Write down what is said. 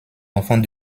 enfants